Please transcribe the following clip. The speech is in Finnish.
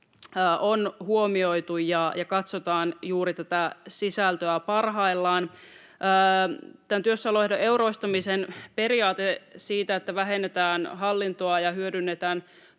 on huomioitu ja katsotaan juuri tätä sisältöä parhaillaan. Tämän työssäoloehdon euroistumisen periaate, että vähennetään hallintoa ja hyödynnetään